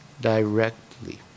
directly